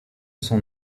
son